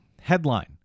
Headline